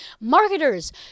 Marketers